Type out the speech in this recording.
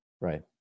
right